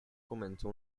comenzó